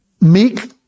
meek